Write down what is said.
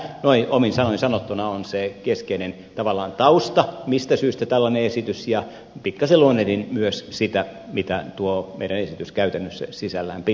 tämä omin sanoin sanottuna on se tavallaan keskeinen tausta mistä syystä tällainen esitys ja pikkaisen luonnehdin myös sitä mitä tuo meidän esityksemme käytännössä sisälampi